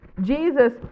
Jesus